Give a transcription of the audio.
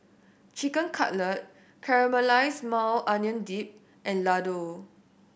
Chicken Cutlet Caramelized Maui Onion Dip and Ladoo